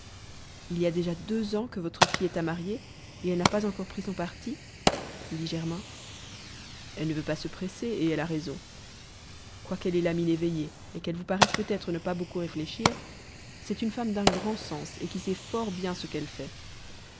il y a déjà deux ans que votre fille est à marier et elle n'a pas encore pris son parti dit germain elle ne veut pas se presser et elle a raison quoiqu'elle ait la mine éveillée et qu'elle vous paraisse peut-être ne pas beaucoup réfléchir c'est une femme d'un grand sens et qui sait fort bien ce qu'elle fait